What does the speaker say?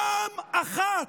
פעם אחת,